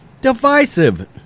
divisive